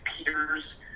appears